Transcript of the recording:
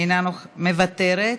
מוותרת,